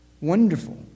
wonderful